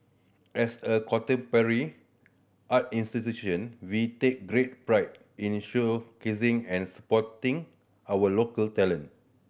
as a contemporary art institution we take great pride in showcasing and supporting our local talent